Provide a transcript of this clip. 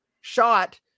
shot